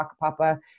papa